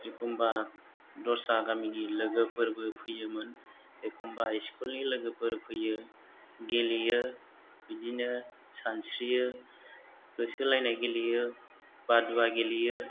एखनबा दस्रा गामिनि लोगोफोरबो फैयोमोन एखनबा इस्कुलनि लोगोफोर फैयो गेलेयो बिदिनो सानस्रियो होसोलायनाय गेलेयो बादुवा गेलेयो